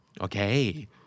Okay